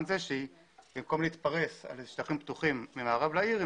זה שבמקום להתפרס על שטחים פתוחים ממערב לעיר,